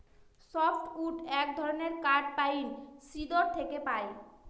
soft wood এক ধরনের কাঠ পাইন, সিডর থেকে পাই